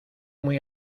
muy